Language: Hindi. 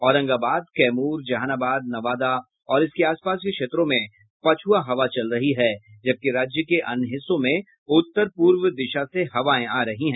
औरंगाबाद कैमूर जहानाबाद नवादा और इसके आस पास के क्षेत्रों में पछुआ हवा चल रही है जबकि राज्य के अन्य हिस्सों में उत्तर पूर्व दिशा से हवाए आ रही है